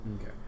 Okay